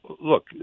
Look